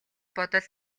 бодол